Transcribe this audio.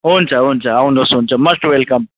हुन्छ हुन्छ आउनुहोस् हुन्छ मस्ट वेलकम